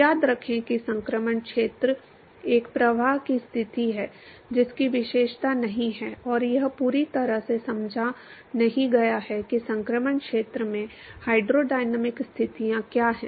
याद रखें कि संक्रमण क्षेत्र एक प्रवाह की स्थिति है जिसकी विशेषता नहीं है और यह पूरी तरह से समझा नहीं गया है कि संक्रमण क्षेत्र में हाइड्रोडायनामिक स्थितियां क्या हैं